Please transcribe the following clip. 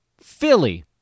philly